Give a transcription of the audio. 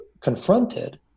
confronted